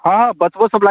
हँ बचबो सभ लय